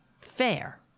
fair